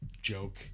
Joke